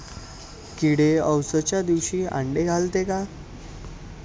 किडे अवसच्या दिवशी आंडे घालते का?